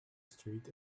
street